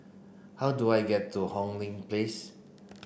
how do I get to Hong Lee Place